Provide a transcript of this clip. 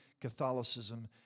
Catholicism